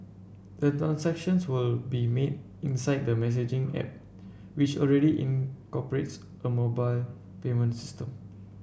the transactions will be made inside the messaging app which already incorporates a mobile payment system